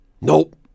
Nope